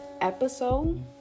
episode